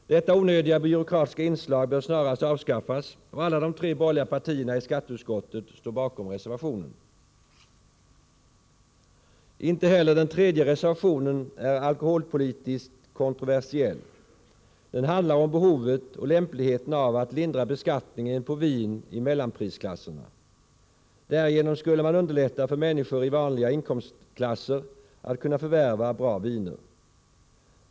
Detta onödiga byråkratiska inslag bör snarast avskaffas, och alla de tre borgerliga partierna i skatteutskottet står bakom reservationen. Inte heller den tredje reservationen är alkoholpolitiskt kontroversiell. Den handlar om behovet och lämpligheten av att lindra beskattningen på vin i mellanprisklasserna. Därigenom skulle man underlätta för människor i vanliga inkomstklasser att förvärva bra viner.